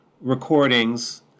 recordings